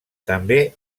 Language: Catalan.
també